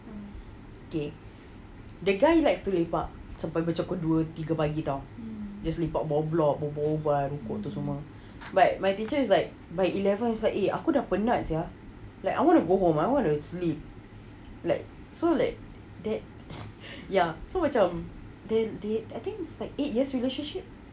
okay the guy likes to lepak jam beberapa jam ke dua tiga pagi [tau] just lepak bawa blok berbual-bual rokok tu semua right my teacher is like by eleven is like eh aku tak penat jah like I want to go home I want to sleep like so like that ya so macam they they I think it's like eight years' relationship